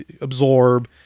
absorb